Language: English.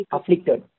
Afflicted